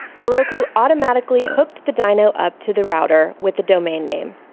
heroku automatically hooked the dyno up to the router with the domain name.